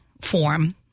form